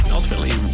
Ultimately